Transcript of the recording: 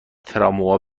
تراموا